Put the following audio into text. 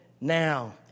now